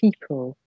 people